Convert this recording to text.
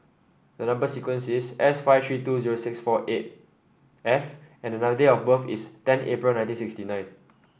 the number sequence is S five three two zero six four eight F and date of birth is ten April nineteen sixty nine